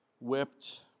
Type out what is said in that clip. whipped